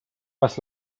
was